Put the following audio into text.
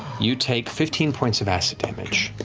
you take fifteen points of acid damage.